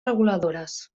reguladores